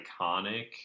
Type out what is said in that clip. iconic